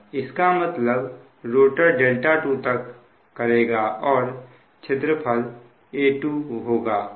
इसका मतलब रोटर δ2 तक करेगा और क्षेत्रफल A2 होगा